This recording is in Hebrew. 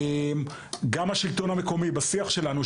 גם השלטון המקומי בשיח שלנו.